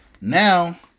Now